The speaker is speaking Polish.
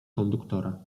konduktora